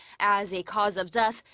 as a cause of death,